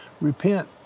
Repent